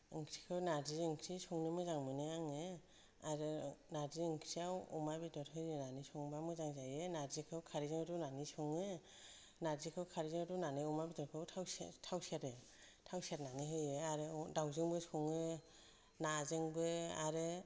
ओंख्रिखौ नारजि ओंख्रि संनो मोजां मोनो आङो आरो नारजि ओंख्रियाव अमा बेदर होदेरनानै संनो मोजां जायो नारजिखौ खारैजों रुनानै सङो नारजिखौ खारैजों रुनानै अमा बेदरखौ थाव सेरो थाव सेरो थाव सेरनानै होयो आरो दाउजोंबो सङो नाजोंबो आरो